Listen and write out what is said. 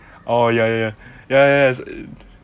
oh ya ya ya ya ya ya is